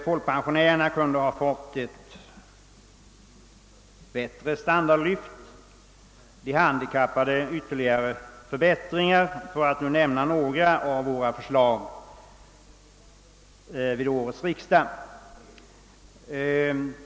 Folkpensionärerna kunde ha fått ett bättre standardlyft och de handikappade ytterligare förbättringar, för att nu bara nämna några av våra förslag vid årets riksdag.